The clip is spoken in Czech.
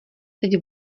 teď